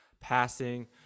passing